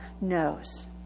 knows